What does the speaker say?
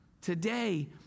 Today